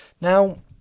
now